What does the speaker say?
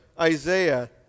Isaiah